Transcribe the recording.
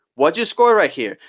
what's your score right here?